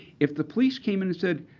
if the police came in and said,